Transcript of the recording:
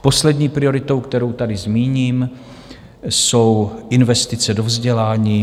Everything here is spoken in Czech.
Poslední prioritou, kterou tady zmíním, jsou investice do vzdělání.